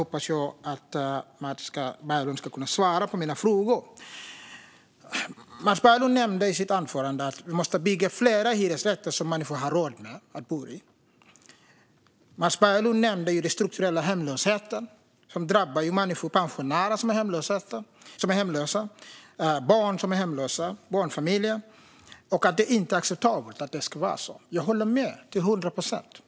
Mats Berglund nämnde i anförandet att det måste byggas fler hyresrätter som människor har råd att bo i. Han nämnde den strukturella hemlösheten, som drabbar människor. Han nämnde att det finns pensionärer som är hemlösa och att det finns barn och barnfamiljer som är hemlösa. Han sa att det inte är acceptabelt. Jag håller med till hundra procent.